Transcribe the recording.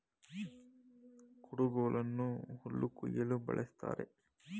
ಕುಡುಗೋಲನ್ನು ಹುಲ್ಲು ಕುಯ್ಯಲು ಬಳ್ಸತ್ತರೆ